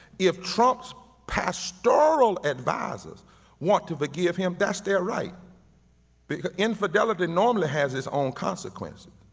if trump's pastoral advisors want to forgive him, that's their right because infidelity normally has its own consequences,